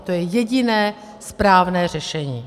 To je jediné správné řešení.